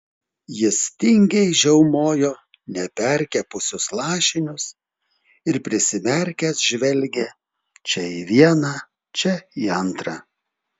jis tingiai žiaumojo neperkepusius lašinius ir prisimerkęs žvelgė čia į vieną čia į antrą